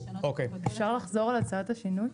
אפשר לחזור על הצעת השינוי?